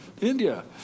India